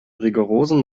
rigorosen